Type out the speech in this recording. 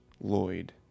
Lloyd